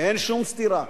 אין שום סתירה.